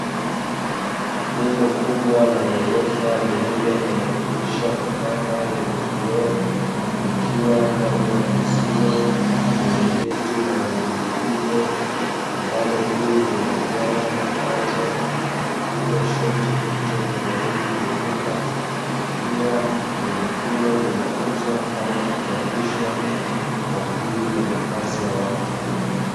Jengo kubwa la ghorofa, lililo na madirisha mapana yenye vioo, likiwa ndani ya uzio wenye geti la rangi nyeupe, ambalo juu lina nyaya ambazo hupiga shoti mtu akijaribu kuvuka, pia jengo hilo linauzwa au kupangishwa kwa ajili ya makazi ya watu.